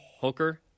Hooker